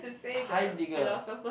Heidegger